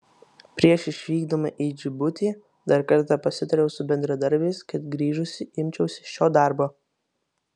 prieš išvykdama į džibutį dar kartą pasitariau su bendradarbiais kad grįžusi imčiausi šio darbo